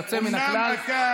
יוצא מן הכלל,